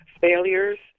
Failures